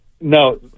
no